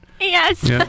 Yes